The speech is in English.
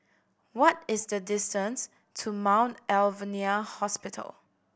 what is the distance to Mount Alvernia Hospital